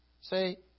Say